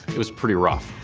it was pretty rough.